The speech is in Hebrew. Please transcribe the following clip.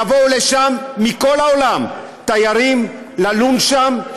יבואו מכל העולם תיירים ללון שם,